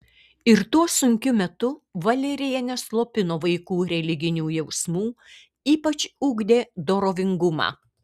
ir tuo sunkiu metu valerija neslopino vaikų religinių jausmų ypač ugdė dorovingumą